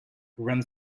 runs